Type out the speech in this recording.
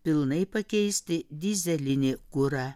pilnai pakeisti dyzelinį kurą